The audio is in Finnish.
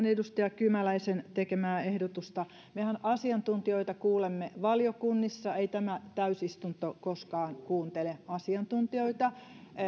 edustaja kymäläisen tekemää ehdotusta mehän asiantuntijoita kuulemme valiokunnissa ei tämä täysistunto koskaan kuuntele asiantuntijoita